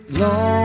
long